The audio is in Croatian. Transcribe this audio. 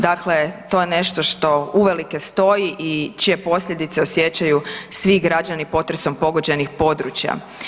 Dakle, to je nešto što uvelike stoji i čije posljedice osjećaju svi građani potresom pogođenih područja.